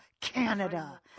Canada